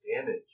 Damage